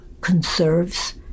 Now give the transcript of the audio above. conserves